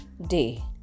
Day